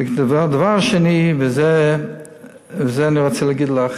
דבר שני, ואת זה אני רוצה להגיד לך,